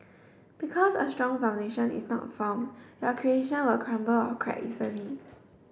because a strong foundation is not form your creation will crumble or crack easily